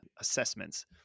assessments